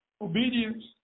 obedience